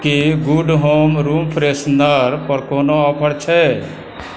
की good home room freshener पर कोनो offer छै